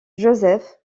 joseph